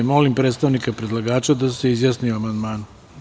Molim predstavnika predlagača da se izjasni o amandmanu.